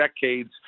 decades